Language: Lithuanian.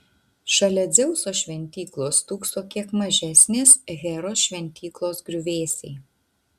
šalia dzeuso šventyklos stūkso kiek mažesnės heros šventyklos griuvėsiai